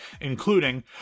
including